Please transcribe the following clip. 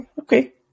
Okay